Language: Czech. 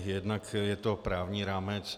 Jednak je to právní rámec.